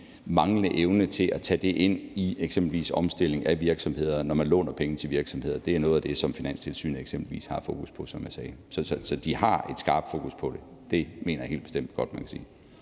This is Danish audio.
manglende evne til at tage det ind i eksempelvis omstilling af virksomheder, når man låner penge til virksomheder, er noget af det, som Finanstilsynet eksempelvis har fokus på, som jeg sagde. Så de har et skarpt fokus på det. Det mener jeg helt bestemt godt man kan sige.